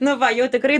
na va jau tikrai